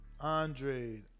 Andre